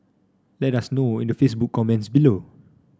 let us know in the Facebook comments below